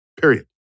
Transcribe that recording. Period